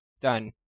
Done